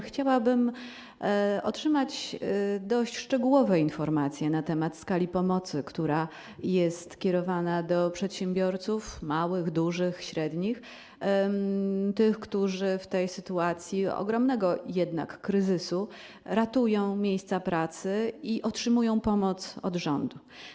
Chciałabym otrzymać dość szczegółowe informacje na temat skali pomocy, która jest kierowana do przedsiębiorców małych, dużych, średnich, tych, którzy w sytuacji ogromnego jednak kryzysu ratują miejsca pracy i otrzymują pomoc od rządu.